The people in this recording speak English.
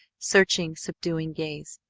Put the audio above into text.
searching, subduing gaze.